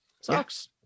Sucks